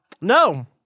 No